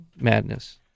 madness